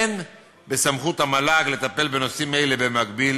אין בסמכות המל"ג לטפל בנושאים אלה במקביל